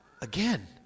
again